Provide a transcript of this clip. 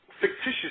fictitious